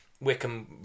Wickham